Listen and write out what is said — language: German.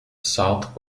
south